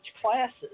classes